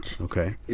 Okay